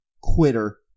quitter